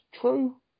true